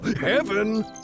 Heaven